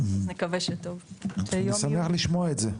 אני שמח לשמוע את זה.